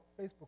Facebook